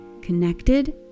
connected